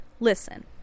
Listen